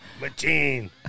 Machine